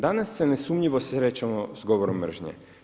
Danas se nesumnjivo srećemo s govorom mržnje.